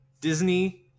Disney